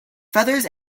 feathers